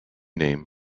name